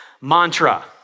mantra